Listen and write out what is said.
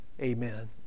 amen